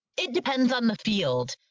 it depends on the field.